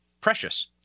precious